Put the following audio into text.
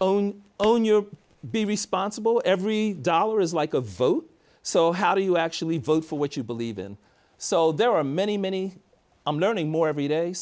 own own your be responsible every dollar is like a vote so how do you actually vote for what you believe in so there are many many i'm learning more every day